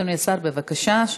אדוני השר, בבקשה.